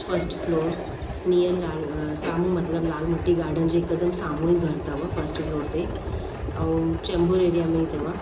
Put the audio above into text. first floor near लाल साम्हूं मतिलबु लाल मटी गार्डन जे हिकदमि साम्हूं ई घर अथव फस्ट फ्लोर ते ऐं चेंबूर एरिया में ई अथव